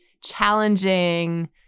challenging